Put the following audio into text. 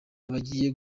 abagiye